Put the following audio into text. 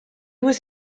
was